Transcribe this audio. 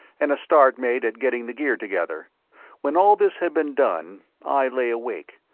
and a start made at getting the gear together when all this had been done i lay awake,